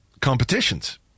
competitions